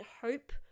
hope